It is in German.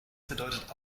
bedeutet